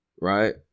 Right